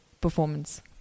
performance